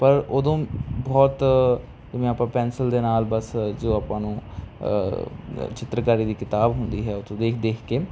ਪਰ ਓਦੋਂ ਬਹੁਤ ਜਿਵੇਂ ਆਪਾਂ ਪੈਨਸਿਲ ਦੇ ਨਾਲ ਬਸ ਜੋ ਆਪਾਂ ਨੂੰ ਚਿੱਤਰਕਾਰੀ ਦੀ ਕਿਤਾਬ ਹੁੰਦੀ ਹੈ ਉਹ ਤੋਂ ਦੇਖ ਦੇਖ ਕੇ